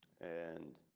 and.